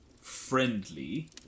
friendly